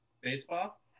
Baseball